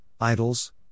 idols